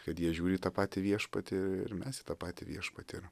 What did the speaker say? kad jie žiūri į tą patį viešpatį ir mes į tą patį viešpatį ir